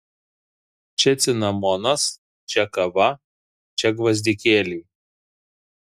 čia cinamonas čia kava čia gvazdikėliai